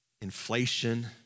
inflation